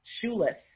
shoeless